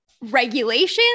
regulations